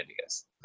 ideas